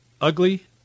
ugly